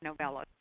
novellas